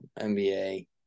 NBA